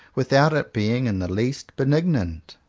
without its being in the least benignant.